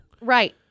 Right